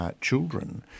Children